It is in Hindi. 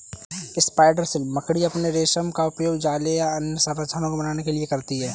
स्पाइडर सिल्क मकड़ी अपने रेशम का उपयोग जाले या अन्य संरचनाओं को बनाने के लिए करती हैं